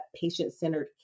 patient-centered